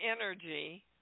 energy